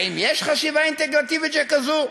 האם יש חשיבה אינטגרטיבית שכזו?